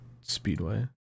Speedway